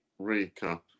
recap